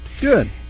Good